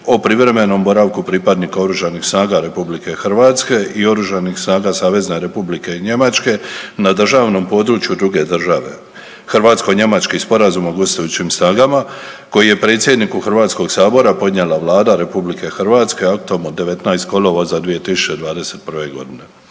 o privremenom boravku pripadnika Oružanih snaga Republike Hrvatske i Oružanih snaga Savezne Republike Njemačke na državnom području druge države (Hrvatsko-njemački sporazum o gostujućim snagama) koji je predsjedniku HS-a podnijela Vlada RH aktom od 19 kolovoza 2021. g.